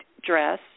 dress